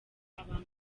abantu